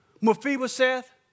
Mephibosheth